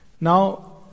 now